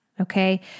Okay